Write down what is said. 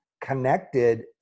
connected